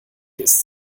ist